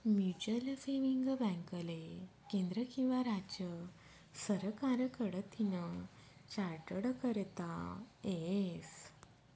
mutual saving बॅकले केंद्र किंवा राज्य सरकार कडतीन चार्टट करता येस